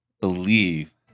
believe